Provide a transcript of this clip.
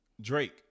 Drake